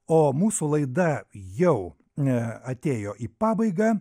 o mūsų laida jau atėjo į pabaigą